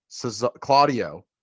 Claudio